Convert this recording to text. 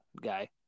guy